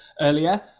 earlier